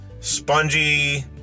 spongy